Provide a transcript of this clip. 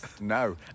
no